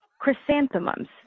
Chrysanthemums